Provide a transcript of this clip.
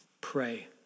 Pray